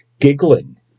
giggling